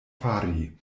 fari